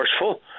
forceful